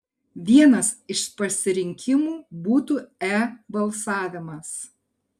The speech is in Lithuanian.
vienas iš pasirinkimų būtų e balsavimas